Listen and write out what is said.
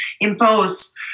impose